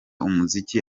umuziki